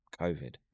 COVID